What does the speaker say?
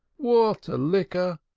what a liquor!